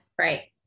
Right